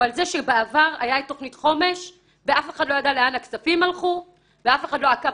הוא על זה שבעבר היתה תכנית חומש ואף אחד לא ידע